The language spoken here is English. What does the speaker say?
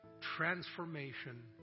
transformation